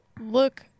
Look